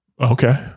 Okay